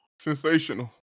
Sensational